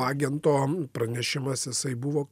agento pranešimas jisai buvo